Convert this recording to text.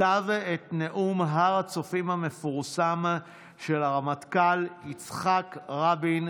כתב את נאום הר הצופים המפורסם של הרמטכ"ל יצחק רבין,